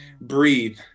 breathe